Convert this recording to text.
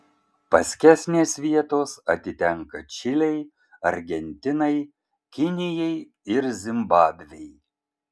paskesnės vietos atitenka čilei argentinai kinijai ir zimbabvei